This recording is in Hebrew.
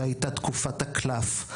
והייתה תקופת הקלף.